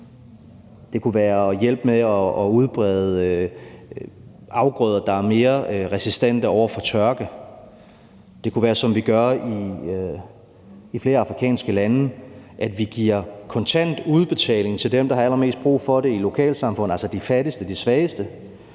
at hjælpe med at udbrede afgrøder, der er mere resistente over for tørke; det kunne være, sådan som vi gør det i flere afrikanske lande, at vi giver en kontant udbetaling til dem, der har allermest brug for det i et lokalsamfund, altså de fattigste og de svageste.